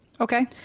Okay